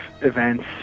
events